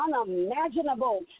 unimaginable